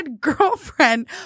girlfriend